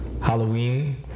Halloween